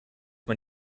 man